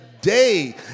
day